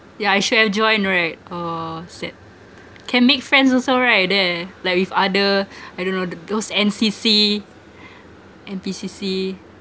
yeah I should have joined right uh sad can make friends also right there like with other I don't know the those N_C_C N_P_C_C